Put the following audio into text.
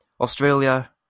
Australia